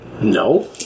No